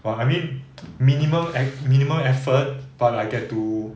but I mean minimum eff~ minimum effort but I get to